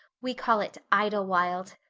we call it idlewild.